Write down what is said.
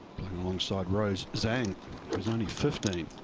alongside rose zhang who is only fifteen.